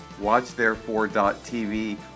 watchtherefore.tv